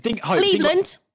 Cleveland